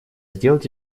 сделать